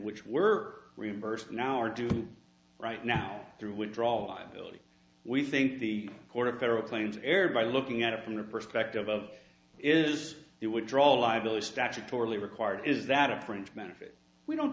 which were reimbursed now or do right now through withdraw liability we think the core of federal claims erred by looking at it from the perspective of is it would draw liability statutorily required is that a fringe benefit we don't